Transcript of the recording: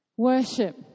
Worship